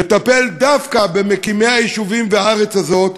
לטפל דווקא במקימי היישובים בארץ הזאת,